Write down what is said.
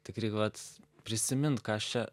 tik reik vat prisimint ką aš čia